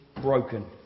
broken